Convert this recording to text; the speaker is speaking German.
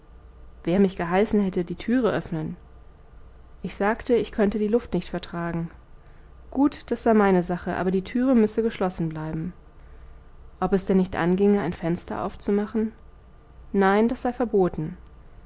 wer mich geheißen hätte die türe öffnen ich sagte ich könnte die luft nicht vertragen gut das sei meine sache aber die türe müsse geschlossen bleiben ob es denn nicht anginge ein fenster aufzumachen nein das sei verboten